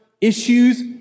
issues